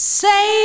say